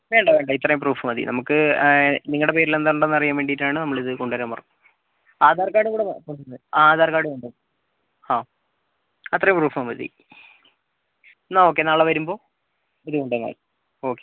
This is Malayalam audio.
വേണ്ട വേണ്ട ഇത്രയും പ്രൂഫ് മതി നമുക്ക് നിങ്ങളുടെ പേരിൽ എന്തുണ്ടെന്ന് അറിയാൻ വേണ്ടിയിട്ടാണ് നമ്മൾ ഇത് കൊണ്ടുവരാൻ പറഞ്ഞേ ആധാർ കാർഡ് കൂടെ കൊണ്ടുവരണം ആ ആധാർ കാർഡ് കൊണ്ടുവരണം ആ അത്രയും പ്രൂഫ് മതി എന്നാൽ ഓക്കെ നാളെ വരുമ്പം ഇത് കൊണ്ടുവന്നാൽ മതി ഓക്കെ എന്നാൽ